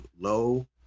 low